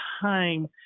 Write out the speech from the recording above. time